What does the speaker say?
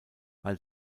weil